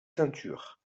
ceinture